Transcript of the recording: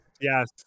Yes